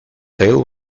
tail